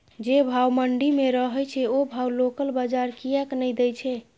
जे भाव मंडी में रहे छै ओ भाव लोकल बजार कीयेक ने दै छै?